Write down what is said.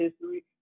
history